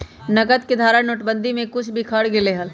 नकद के धारा नोटेबंदी में कुछ बिखर गयले हल